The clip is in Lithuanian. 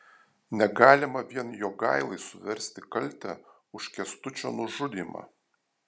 negalima vien jogailai suversti kaltę už kęstučio nužudymą